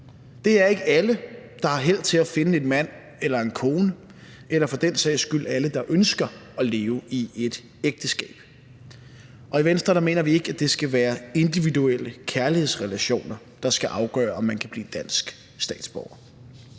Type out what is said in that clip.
Det er ikke alle, der har held til at finde en mand eller en kone, eller for den sags skyld alle, der ønsker at leve i et ægteskab. Og i Venstre mener vi ikke, det skal være individuelle kærlighedsrelationer, der skal afgøre, om man kan blive dansk statsborger.